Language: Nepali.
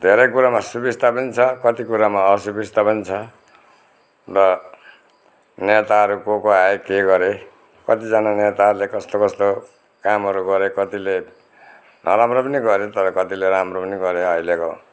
धेरै कुरामा सुविस्ता पनि छ कति कुरामा असुविस्ता पनि छ र नेताहरू को को आए के गरे कतिजना नेताहरूले कस्तो कस्तो कामहरू गरे कतिले नराम्रो पनि गरे तर कतिले राम्रो पनि गरे अहिलेको